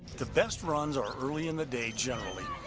the best runs are early in the day, generally.